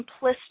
simplistic